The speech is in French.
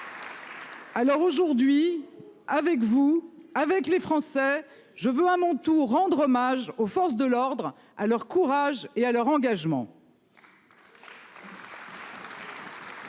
Alors aujourd'hui avec vous avec les Français, je veux à mon tour, rendre hommage aux forces de l'ordre à leur courage et à leur engagement.